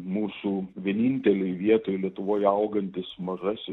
mūsų vienintelėj vietoj lietuvoj augantis mažasi